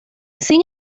sin